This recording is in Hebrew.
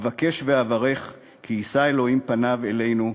אבקש ואברך כי יישא אלוהים פניו אלינו,